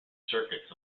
circuits